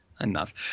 Enough